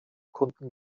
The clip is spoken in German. kunden